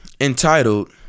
entitled